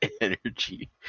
Energy